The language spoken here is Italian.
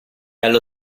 allo